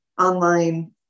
online